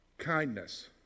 Kindness